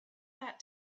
that